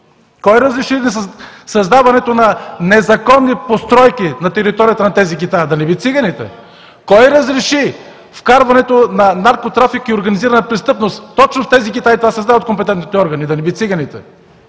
Кой разреши създаването на незаконни постройки на територията на тези гета – да не би циганите? Кой разреши вкарването на наркотрафик и организирана престъпност точно в тези гета, и това се знае от компетентните органи – да не би циганите?